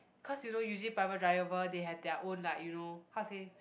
cause you know usually private driver they have their own like you know how to say